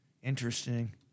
Interesting